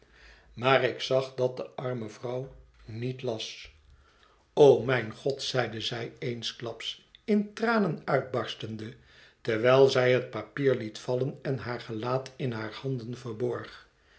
maar ik zag dat de arme vrouw niet las o mijn god zeide zij eensklaps in tranen uitbarstende terwijlzij het papier liet vallen en haar gelaat in haar handen verborg